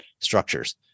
structures